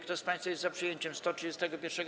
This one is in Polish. Kto z państwa jest za przyjęciem 136.